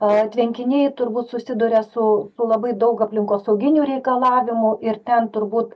a tvenkiniai turbūt susiduria su su labai daug aplinkosauginių reikalavimų ir ten turbūt